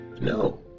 No